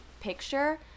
picture